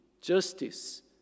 justice